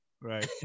Right